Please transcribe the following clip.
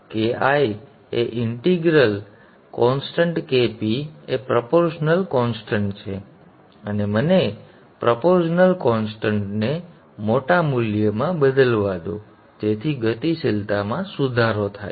હવે Ki એ integral છે અચળ Kp એ પ્રોપોર્શનલ અચળ છે અને મને પ્રોપોર્શનલ અચળને મોટા મૂલ્યમાં બદલવા દો જેથી ગતિશીલતામાં સુધારો થાય